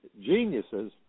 geniuses